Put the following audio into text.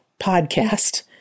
podcast